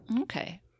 Okay